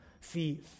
See